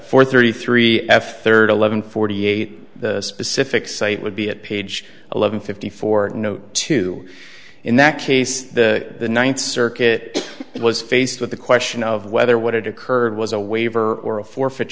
four thirty three f third eleven forty eight the specific site would be at page eleven fifty four no two in that case the ninth circuit it was faced with the question of whether what had occurred was a waiver or a forfeit